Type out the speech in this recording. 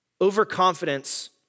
Overconfidence